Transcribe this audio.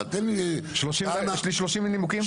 יש לי 30 נימוקים?